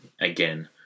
again